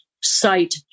site